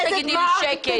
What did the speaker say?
אל תגידי לי שקט.